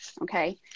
Okay